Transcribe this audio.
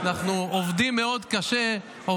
אנחנו עובדים מאוד קשה -- מה,